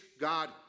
God